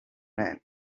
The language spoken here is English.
men